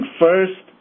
first